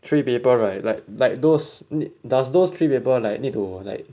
three paper right like like those ne~ does those three paper like need to like